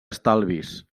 estalvis